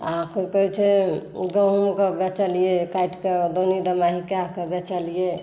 आ की कहै छै गहूॅंमके बेचलियै काटिक दोने दोनाई कए कऽ बेचलियै